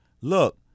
look